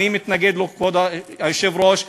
הוא בא להגיד לכולם: